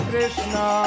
Krishna